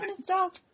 stop